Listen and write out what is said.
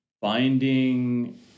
finding